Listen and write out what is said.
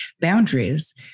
boundaries